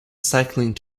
cycling